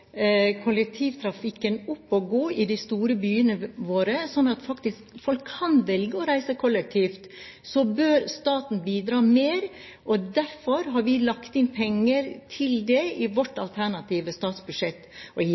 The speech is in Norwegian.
kollektivtrafikken opp og gå i de store byene våre, sånn at folk faktisk kan velge å reise kollektivt, bør staten bidra mer. Derfor har vi lagt inn penger til det i vårt alternative statsbudsjett. Jeg er veldig overrasket over at Langeland kan stå og